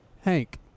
Hank